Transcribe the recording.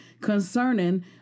concerning